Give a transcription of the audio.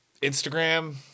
Instagram